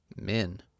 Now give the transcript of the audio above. Men